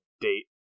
date